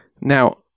Now